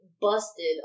busted